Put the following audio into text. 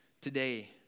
today